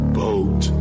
boat